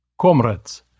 Comrades